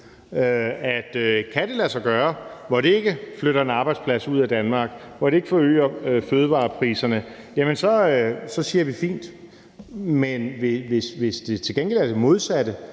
Kan det lade sig gøre, hvor det ikke flytter en arbejdsplads ud af Danmark, hvor det ikke forøger fødevarepriserne, så siger vi: Fint! Men hvis det til gengæld er det modsatte,